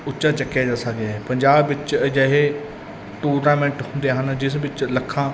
ਉੱਚਾ ਚੱਕਿਆ ਜਾ ਸਕੇ ਪੰਜਾਬ ਵਿੱਚ ਅਜਿਹੇ ਟੂਰਨਾਮੈਂਟ ਹੁੰਦੇ ਹਨ ਜਿਸ ਵਿੱਚ ਲੱਖਾਂ